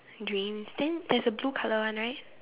dreams then there's a blue colour one right